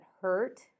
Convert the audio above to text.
hurt